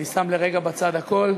אני שם לרגע בצד הכול.